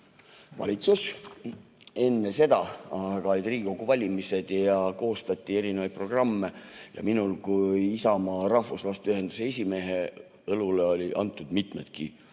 valitsus. Enne seda aga olid Riigikogu valimised ja koostati erinevaid programme. Minu kui Isamaa rahvuslaste ühenduse esimehe õlule oli pandud mitme